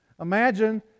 Imagine